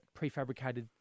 prefabricated